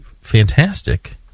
fantastic